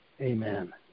Amen